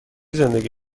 زندگی